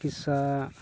ᱪᱤᱠᱤᱛᱥᱟ